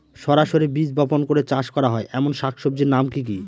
সরাসরি বীজ বপন করে চাষ করা হয় এমন শাকসবজির নাম কি কী?